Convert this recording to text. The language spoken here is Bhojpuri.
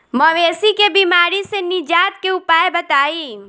मवेशी के बिमारी से निजात के उपाय बताई?